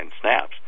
snaps